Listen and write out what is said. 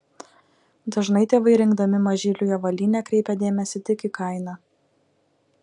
dažnai tėvai rinkdami mažyliui avalynę kreipia dėmesį tik į kainą